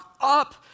up